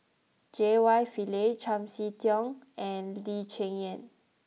J Y Pillay Chiam See Tong and Lee Cheng Yan